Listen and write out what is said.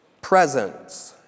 Presence